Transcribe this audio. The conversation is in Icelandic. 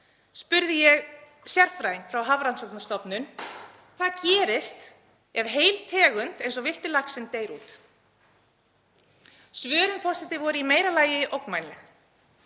spurði ég sérfræðing frá Hafrannsóknastofnun: Hvað gerist ef heil tegund eins og villti laxinn deyr út? Svörin voru í meira lagi ógnvænleg.